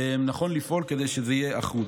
שנכון לפעול כדי שזה יהיה אחוד.